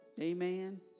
Amen